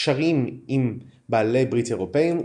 קשרים עם בעלי ברית אירופיים,